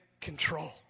control